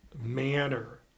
manner